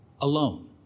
alone